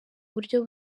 buryo